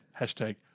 Hashtag